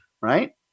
right